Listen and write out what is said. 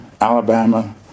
Alabama